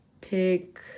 pick